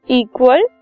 equal